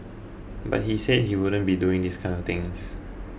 but he said he wouldn't be doing this kind of things